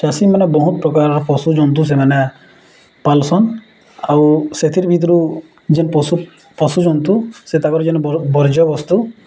ଚାଷୀମାନେ ବହୁତ୍ ପ୍ରକାର୍ ପଶୁଜନ୍ତୁ ସେମାନେ ପାଲ୍ସନ୍ ଆଉ ସେଥିର୍ ଭିତରୁ ଯେନ୍ ପଶୁ ପଶୁଜନ୍ତୁ ସେ ତାକର୍ ଯେନ୍ ବର୍ଜ୍ୟୟବସ୍ତୁ